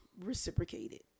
reciprocated